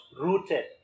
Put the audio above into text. rooted